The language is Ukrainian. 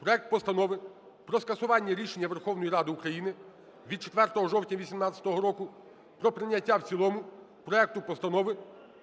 проект Постанови про скасування рішення Верховної Ради України від 4 жовтня 2018 року про прийняття в цілому проекту Постанови